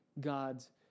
God's